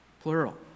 plural